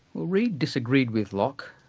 well, reid disagreed with locke,